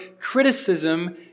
criticism